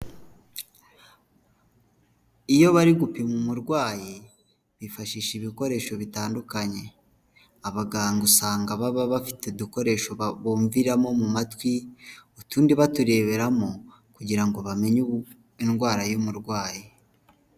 Iyo bari gupima umurwayi bifashisha ibikoresho bitandukanye abaganga usanga baba bafite udukoresho bumviramo mu matwi utundi batureberamo kugira ngo bamenye indwara y'umurwayi.